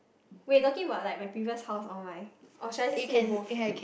wait talking about like my previous house or my or should I say both